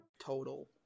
Total